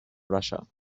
russia